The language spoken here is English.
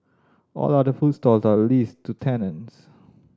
all other food stalls are leased to tenants